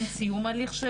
אין סיום הליך,